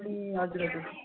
ए हजुर हजुर